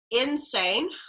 insane